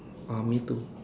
oh me too